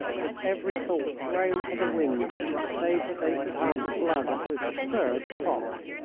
with every thought thrown to the winds save that they should have the blood of this absurd fox!